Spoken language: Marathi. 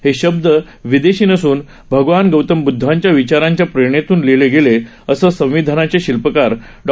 हे शब्द विदेशी नसून भगवान गौतम बुदधांच्या विचारांच्या प्रेरणेतून लिहीले गेले असं संविधानाचे शिल्पकार डॉ